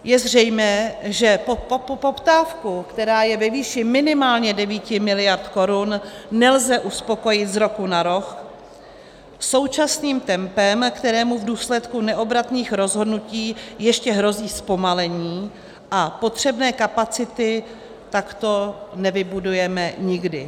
Je zřejmé, že poptávku, která je ve výši minimálně 9 miliard korun, nelze uspokojit z roku na rok současným tempem, kterému v důsledku neobratných rozhodnutí ještě hrozí zpomalení, a potřebné kapacity takto nevybudujeme nikdy.